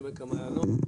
עמק המעלות,